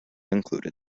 included